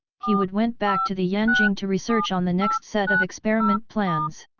he would went back to the yanjing to research on the next set of experiment plans.